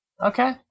Okay